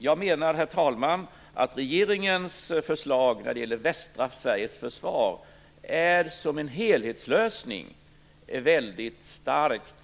Herr talman! Regeringens förslag när det gäller västra Sveriges försvar är som helhetslösning väldigt starkt.